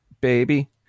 Baby